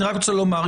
אני רק רוצה לומר,